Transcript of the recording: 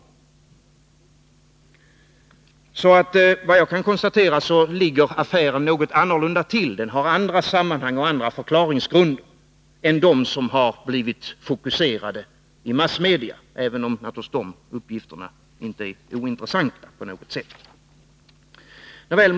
affären Vad jag kan konstatera ligger affären alltså något annorlunda till, den har andra sammanhang och andra förklaringsgrunder än de som har blivit fokuserade i massmedia — även om de uppgifterna naturligtvis inte på något sätt är ointressanta.